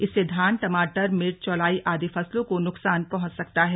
इससे धान टमाटर मिर्च चौलाई आदि फसलों को नुकसान पहुंच सकता है